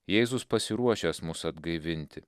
jėzus pasiruošęs mus atgaivinti